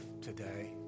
today